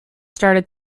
started